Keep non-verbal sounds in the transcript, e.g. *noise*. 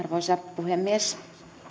*unintelligible* arvoisa puhemies